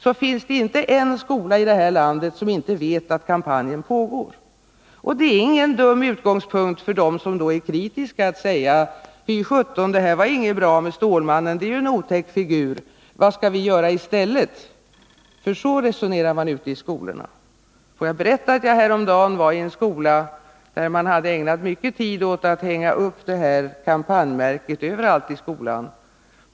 Det finns inte en skola här i landet där man inte vet att kampanjen pågår. Det är ingen dålig utgångspunkt för dem som är kritiska att säga: Fy sjutton, det var inte bra med Stålmannen — han är en otäck figur; vad skall vi göra i stället? Så resonerar man ute i skolorna. Får jag berätta att jag häromdagen var i en skola där man hade ägnat mycken tid åt att hänga upp det här kampanjmärket överallt i skolan.